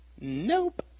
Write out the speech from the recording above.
Nope